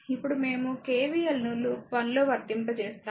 ఇప్పుడు మేము KVL ను లూప్ 1 లో వర్తింపజేస్తాము